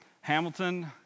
Hamilton